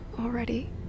already